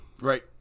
Right